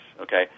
Okay